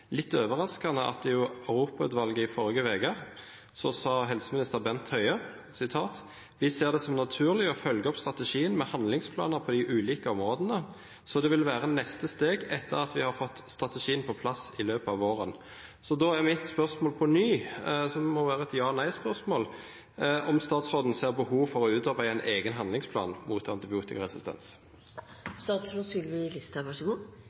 litt overraskende at i Europautvalget i forrige uke sa helseminister Bent Høie: «Vi ser det som naturlig å følge opp strategien med handlingsplaner på de ulike områdene, så det vil være neste steg etter at vi har fått strategien på plass i løpet av våren.» Så da er mitt spørsmål på ny, som må være et ja/nei-spørsmål, om statsråden ser behov for å utarbeide en egen handlingsplan mot